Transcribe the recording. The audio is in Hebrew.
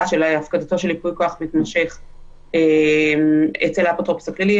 של הפקדתו של ייפוי כוח מתמשך אצל האפוטרופוס הכללי,